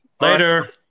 Later